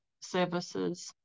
services